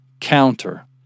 counter